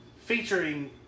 featuring